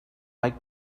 mike